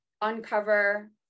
uncover